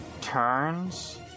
turns